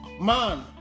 Man